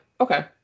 okay